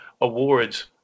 awards